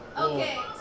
Okay